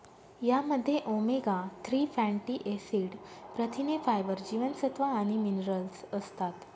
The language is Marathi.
यामध्ये ओमेगा थ्री फॅटी ऍसिड, प्रथिने, फायबर, जीवनसत्व आणि मिनरल्स असतात